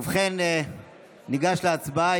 ובכן, ניגש להצבעה.